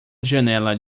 janela